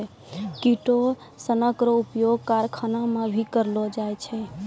किटोसनक रो उपयोग करखाना मे भी करलो जाय छै